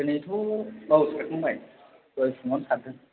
दिनैथ' औ सारखांबाय दहाय फुङावनो सारदों